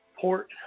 Port